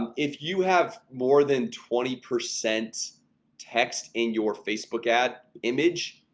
and if you have more than twenty percent text in your facebook add image.